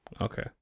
Okay